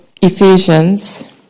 Ephesians